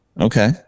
Okay